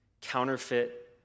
counterfeit